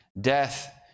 Death